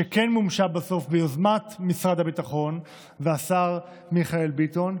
שכן מומשה בסוף ביוזמת משרד הביטחון והשר מיכאל ביטון,